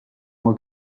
oma